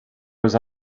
was